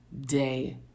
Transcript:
day